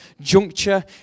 juncture